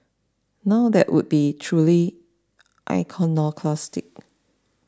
now that would be truly iconoclastic